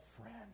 friend